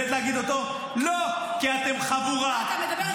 את נגד חוק ההשתמטות, כן או לא?